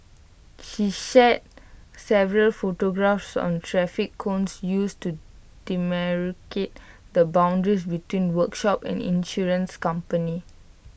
she shared several photographs on traffic cones used to demarcate the boundaries between workshop and insurance company